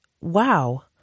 wow